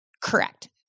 Correct